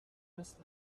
مثل